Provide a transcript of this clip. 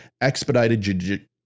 expedited